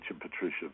Patricia